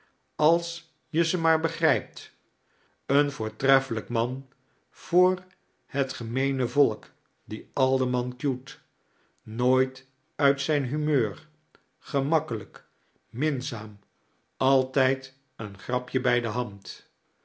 als je ze maar begrijpt een voortreffelijk man voor het gemeene volk die alderman cute nooit uit zijn humeur gemakkelijk minzaam altijd een grapje bij de hand